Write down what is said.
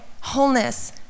wholeness